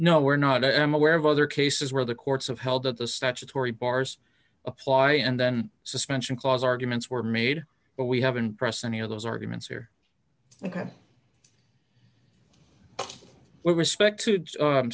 no we're not i am aware of other cases where the courts have held that the statutory bars apply and then suspension clause arguments were made but we haven't press any of those arguments here we respect to